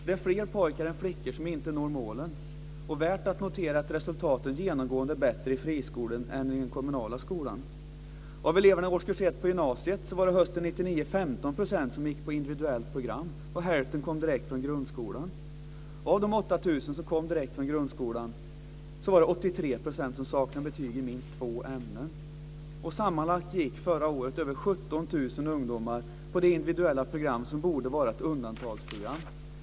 Det är fler pojkar än flickor som inte når målen. Värt att notera är att resultaten genomgående är bättre i friskolor än i den kommunala skolan. som kom direkt från grundskolan var det 83 % som saknade betyg i minst två ämnen. Sammanlagt gick förra året över 17 000 ungdomar på det individuella program som borde vara ett undantagsprogram.